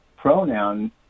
pronoun